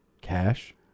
Cash